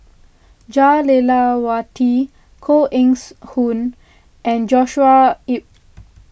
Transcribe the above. Jah Lelawati Koh Eng Hoon and Joshua Ip